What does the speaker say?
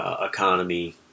economy